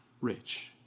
rich